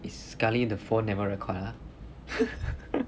eh sekali the phone never record ah